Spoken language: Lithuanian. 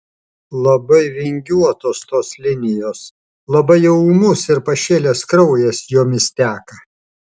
labai vingiuotos tos linijos labai jau ūmus ir pašėlęs kraujas jomis teka